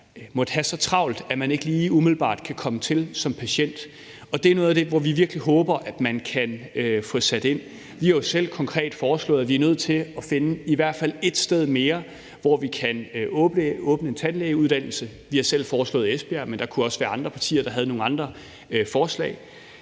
måtte have så travlt, at man ikke lige umiddelbart kan komme til som patient. Det er et område, hvor vi virkelig håber, at man kan få sat ind. Vi har jo selv konkret foreslået, at vi skal finde i hvert fald et sted mere, hvor vi kan åbne en tandlægeuddannelse. Vi har selv foreslået Esbjerg, men der kunne også være andre partier, der havde nogle andre forslag.